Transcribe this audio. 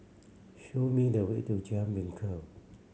show me the way to Jalan Bingka